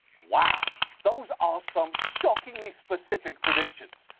wow. those are some shockingly specific predictions.